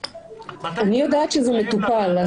אני יודעת שזה מטופל.